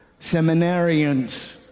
seminarians